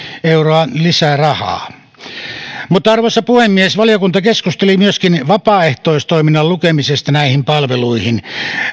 euroa lisää rahaa arvoisa puhemies valiokunta keskusteli myöskin vapaaehtoistoiminnan lukemisesta näihin palveluihin